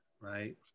right